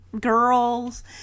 girls